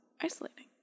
Isolating